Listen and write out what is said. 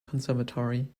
conservatory